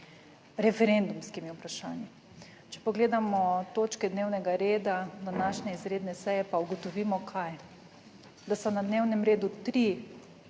referendumskimi vprašanji. Če pogledamo točke dnevnega reda današnje izredne seje pa ugotovimo kaj? Da so na dnevnem redu tri